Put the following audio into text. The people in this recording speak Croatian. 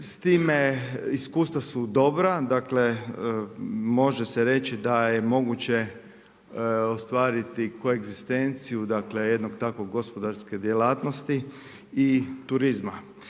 S time iskustva su dobra, dakle, može se reći da je moguće ostvariti koegzistenciju, dakle, jednog takve gospodarske djelatnosti i turizma.